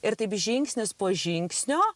ir taip žingsnis po žingsnio